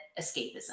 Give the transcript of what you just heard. escapism